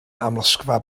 amlosgfa